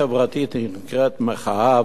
היא נקראת "מחאה" ו"הפגנה",